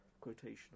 quotation